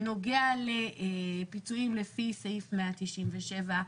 בנוגע לפיצויים לפי סעיף 197,